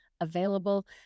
available